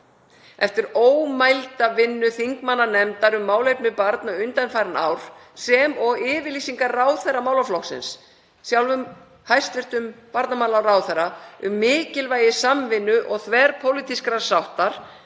Eftir ómælda vinnu þingmannanefndar um málefni barna undanfarin ár sem og yfirlýsingar ráðherra málaflokksins, sjálfs hæstv. barnamálaráðherra, um mikilvægi samvinnu og þverpólitískrar sáttar,